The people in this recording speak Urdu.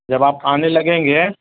جب آپ آنے لگیں گے